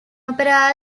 opera